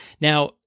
Now